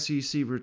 SEC –